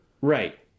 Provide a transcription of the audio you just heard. Right